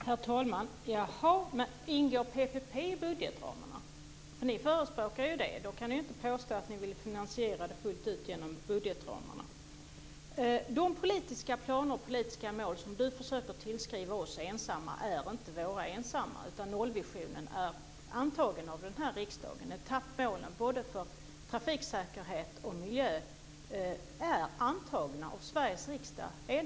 Herr talman! Ingår PPP i budgetramarna? Ni förespråkar ju det. Då kan ni inte påstå att ni vill finansiera det fullt ut inom budgetramarna. De politiska planer och politiska mål som Lars Björkman försöker tillskriva oss ensamma är inte bara våra. Nollvisionen är antagen av riksdagen. Etappmålen både för trafiksäkerhet och miljö är enhälligt antagna av Sveriges riksdag.